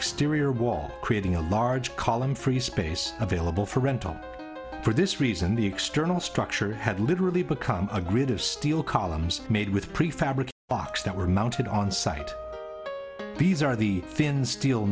exterior wall creating a large column free space available for rental for this reason the external structure had literally become a grid of steel columns made with prefab or box that were mounted on site these are the thin steel